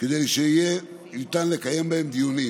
כדי שאפשר יהיה לקיים בהם דיונים.